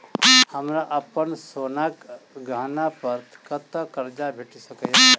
हमरा अप्पन सोनाक गहना पड़ कतऽ करजा भेटि सकैये?